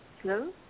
Hello